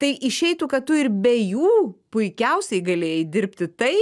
tai išeitų kad tu ir be jų puikiausiai galėjai dirbti tai